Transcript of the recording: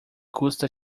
custa